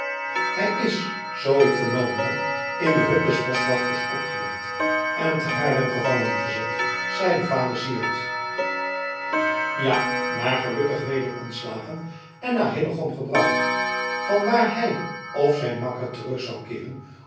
hij is zoo ik vernomen heb in de hut des boschwachters opgelicht en te haarlem gevangengezet zeide vader syard ja maar gelukkig weder ontslagen en naar hillegom gebracht van waar hij of zijn makker terug zou keeren